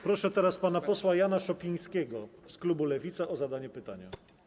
Proszę teraz pana posła Jana Szopińskiego z klubu Lewica o zadanie pytania.